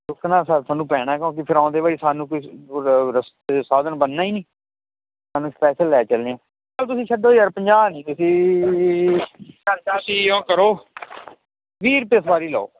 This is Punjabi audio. ਰੁੱਕਣਾ ਸਰ ਥੋਨੂੰ ਪੈਣਾ ਕਿਉਂਕੀ ਫੇਰ ਆਉਂਦੇ ਵੇਲੇ ਸਾਨੂੰ ਕੋਈ ਰਸਤੇ ਚ ਸਾਧਨ ਬਨਨਾ ਈ ਨਈਂ ਥੋਨੂੰ ਸਪੈਸ਼ਲ ਲੈ ਚੱਲੇ ਸਰ ਤੁਸੀਂ ਛੱਡੋ ਯਾਰ ਪੰਜਾਹ ਨੀ ਤੁਸੀਂ ਇਓਂ ਕਰੋ ਵੀਹ ਰੁਪਏ ਸੁਆਰੀ ਲਓ